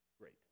Great